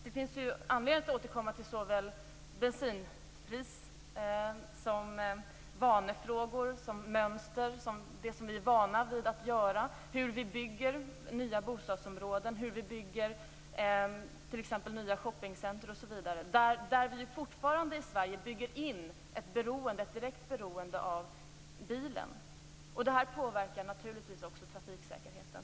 Det finns anledning att återkomma till såväl bensinpris som vanefrågor, mönster, det som vi är vana vid att göra och hur vi bygger nya bostadsområden, t.ex. nya shoppingcenter. I Sverige bygger vi fortfarande in ett direkt beroende av bilen där. Det här påverkar naturligtvis också trafiksäkerheten.